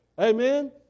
amen